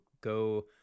go